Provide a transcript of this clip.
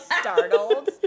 startled